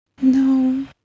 No